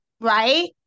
right